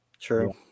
true